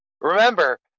remember